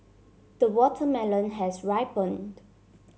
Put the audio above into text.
the watermelon has ripened